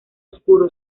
oscuro